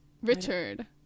Richard